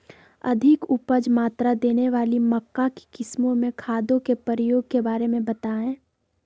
अधिक उपज मात्रा देने वाली मक्का की किस्मों में खादों के प्रयोग के बारे में बताएं?